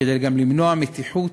גם כדי למנוע מתיחות